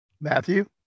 matthew